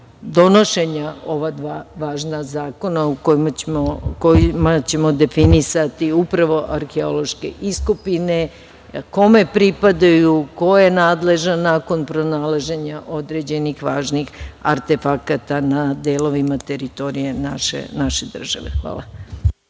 donošenja ova dva važna zakona kojima ćemo definisati upravo arheološko iskopine - kome pripadaju, ko je nadležan nakon pronalaženja određenih važnih artefakata na delovima teritoriji naše države. Hvala.